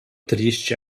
triste